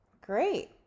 Great